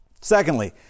Secondly